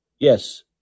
Yes